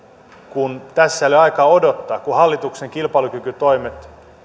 kun tässä ei ole aikaa odottaa kun hallituksen kilpailukykytoimet